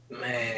Man